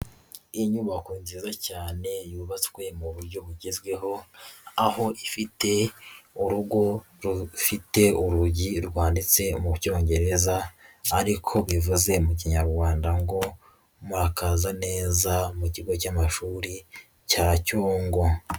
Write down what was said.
Inyubako nziza cyane yubatswe mu buryo bugezweho, aho ifite urugo rufite urugi rwanditse mu Cyongereza ariko bivuze mu Kinyarwanda ngo murakaza neza mu kigo cy'amashuri cya Cyongo.